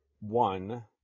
one